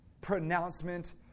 pronouncement